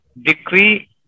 decree